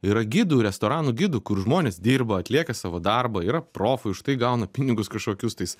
yra gidų restoranų gidų kur žmonės dirba atlieka savo darbą yra profai už tai gauna pinigus kažkokius tais